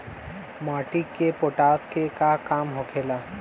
माटी में पोटाश के का काम होखेला?